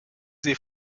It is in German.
sie